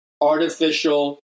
artificial